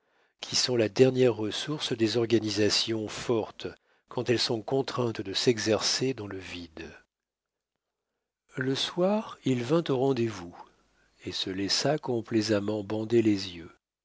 qui sont la dernière ressource des organisations fortes quand elles sont contraintes de s'exercer dans le vide le soir il vint au rendez-vous et se laissa complaisamment bander les yeux